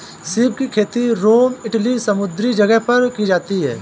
सीप की खेती रोम इटली समुंद्री जगह पर की जाती है